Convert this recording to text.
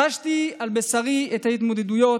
חשתי על בשרי את ההתמודדויות.